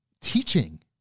teaching